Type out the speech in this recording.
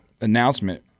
announcement